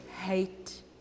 hate